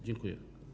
Dziękuję.